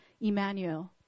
emmanuel